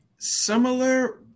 Similar